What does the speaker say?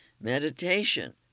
Meditation